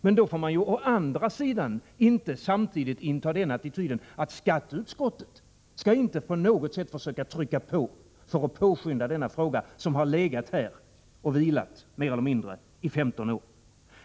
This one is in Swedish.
Men då får man å andra sidan inte samtidigt inta den attityden att skatteutskottet inte på något sätt skall försöka trycka på för att påskynda denna fråga, som har legat och mer eller mindre vilat i 15 år.